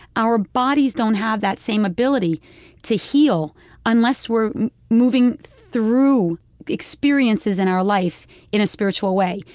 our bodies don't have that same ability to heal unless we're moving through experiences in our life in a spiritual way.